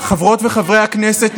חברות וחברי הכנסת,